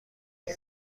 ولی